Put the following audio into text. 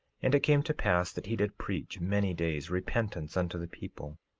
and it came to pass that he did preach, many days, repentance unto the people,